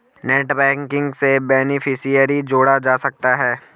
net banking से beneficiary जोड़ा जा सकता है